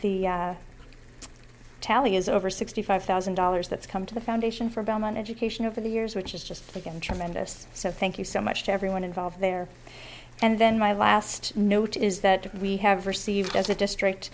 the tally is over sixty five thousand dollars that's come to the foundation for belmont education over the years which is just again tremendous so thank you so much to everyone involved there and then my last note is that we have received as a district